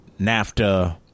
NAFTA